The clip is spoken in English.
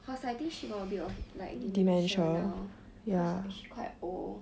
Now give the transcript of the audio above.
cause I think she got a bit of like dementia now cause like she quite old